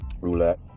Roulette